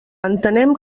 entenem